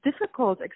difficult